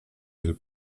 del